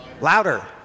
louder